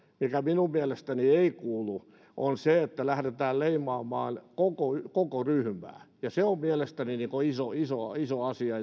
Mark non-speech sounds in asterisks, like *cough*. mikä minun mielestäni ei kuulu on se että lähdetään leimaamaan koko koko ryhmää ja se on mielestäni iso asia *unintelligible*